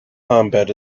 combat